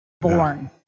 Born